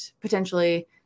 potentially